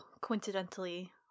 coincidentally